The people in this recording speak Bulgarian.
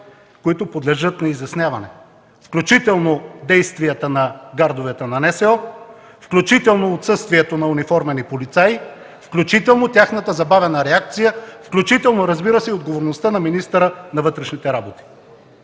които подлежат на изясняване, включително действието на гардовете на НСО, включително отсъствието на униформени полицаи, включително тяхната забавена реакция, включително, разбира се, и отговорността на министъра на вътрешните работи.